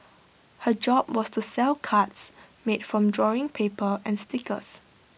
her job was to sell cards made from drawing paper and stickers